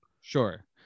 Sure